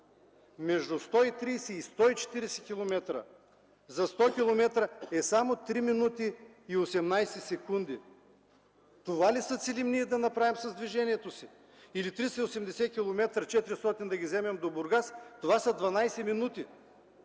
между 130 и 140 км, за 100 км е само 3 минути и 18 секунди?! Това ли целим ние да направим с движението си? Или за 380-400 км примерно до Бургас – това са 12 минути.